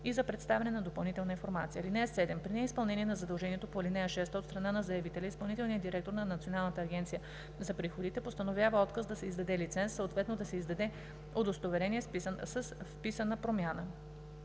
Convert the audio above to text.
и за представяне на допълнителна информация. (7) При неизпълнение на задължението по ал. 6 от страна на заявителя изпълнителният директор на Националната агенция за приходите постановява отказ да се издаде лиценз, съответно да се издаде удостоверение с вписана промяна.